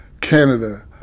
Canada